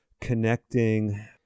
connecting